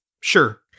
Sure